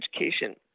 education